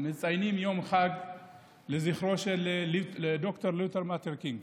מציינים יום חג לזכרו של ד"ר מרטין לותר קינג.